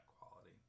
quality